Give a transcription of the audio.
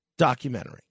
documentary